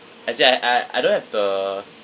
as in I I I don't have the